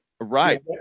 Right